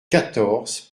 quatorze